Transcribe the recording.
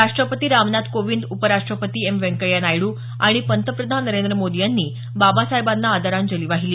राष्ट्रपती रामनाथ कोविंद उपराष्ट्रपती एम व्यंकय्या नायडू आणि पंतप्रधान नरेंद्र मोदी यांनी बाबासाहेबांना आदरांजली वाहिली